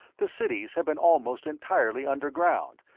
the cities had been almost entirely under ground,